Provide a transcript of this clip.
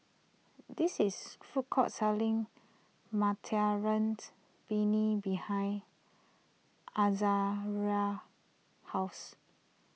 this is food court selling materien's Penne behind Azaria's house